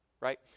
Right